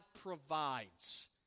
provides